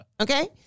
Okay